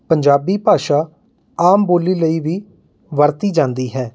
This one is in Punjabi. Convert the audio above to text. ਪੰਜਾਬੀ ਭਾਸ਼ਾ ਆਮ ਬੋਲੀ ਲਈ ਵੀ ਵਰਤੀ ਜਾਂਦੀ ਹੈ